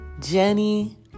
Jenny